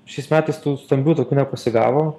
šiais metais tų stambių tokių nepasigavo